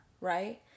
Right